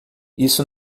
isso